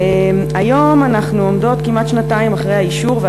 היום אנחנו עומדות כמעט שנתיים אחרי האישור,